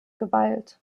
gewalt